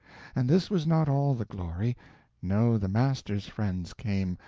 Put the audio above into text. and this was not all the glory no, the master's friends came,